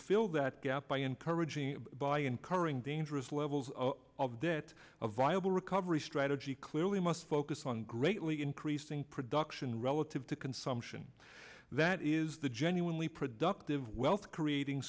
fill that gap by encouraging by incurring dangerous levels of debt a viable recovery strategy clearly must focus on greatly increasing production relative to consumption that is the genuinely productive wealth creating